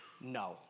no